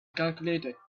calculator